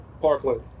Parkland